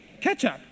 Ketchup